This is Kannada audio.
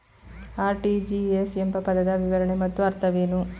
ಆರ್.ಟಿ.ಜಿ.ಎಸ್ ಎಂಬ ಪದದ ವಿವರಣೆ ಮತ್ತು ಅರ್ಥವೇನು?